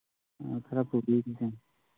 ꯈꯔ ꯄꯨꯕꯤꯒꯤꯁꯦ